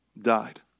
died